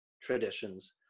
traditions